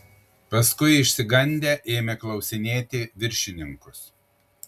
paskui išsigandę ėmė klausinėti viršininkus